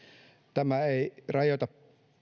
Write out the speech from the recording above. tämä ei rajoita